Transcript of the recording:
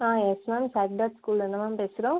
ஆ yes ma'am sir ஸ்கூல்லேந்து தான் ma'am பேசுகிறேன்